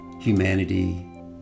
humanity